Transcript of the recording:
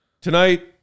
Tonight